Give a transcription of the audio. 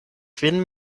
kvin